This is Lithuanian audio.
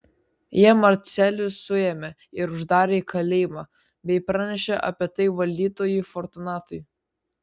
jie marcelių suėmė ir uždarė į kalėjimą bei pranešė apie tai valdytojui fortunatui